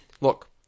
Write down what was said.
look